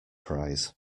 prize